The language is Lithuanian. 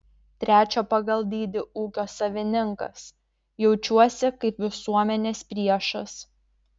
trečio pagal dydį ūkio savininkas jaučiuosi kaip visuomenės priešas